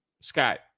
Scott